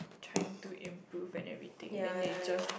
trying to improve and everything then they just